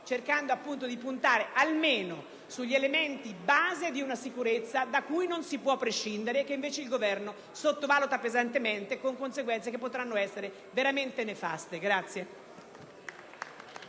infatti di puntare almeno sugli elementi base di una sicurezza da cui non si può prescindere e che invece il Governo sottovaluta pesantemente, con conseguenze che potranno essere veramente nefaste.